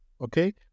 okay